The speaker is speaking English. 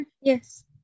Yes